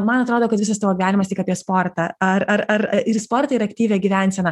man atrodo kad visas tavo gyvenimas tik apie sportą ar ar ar ir sportą ir aktyvią gyvenseną